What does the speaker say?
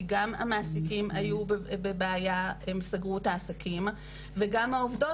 כי גם המעסיקים היו בבעיה כי הם סגרו את העסקים וגם העובדות